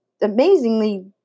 amazingly